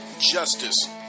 justice